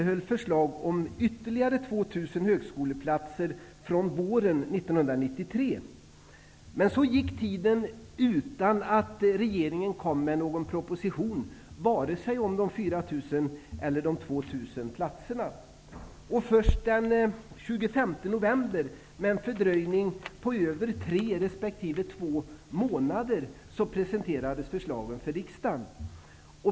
högskoleplatser från våren 1993. Tiden gick utan att regeringen kom med någon proposition, vare sig om de 4 000 eller de 2 000 platserna. Först den 25 november, med en fördröjning på över tre resp. två månader, presenterades förslagen för riksdagen.